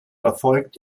erfolgt